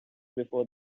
before